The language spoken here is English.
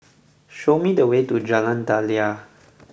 show me the way to Jalan Daliah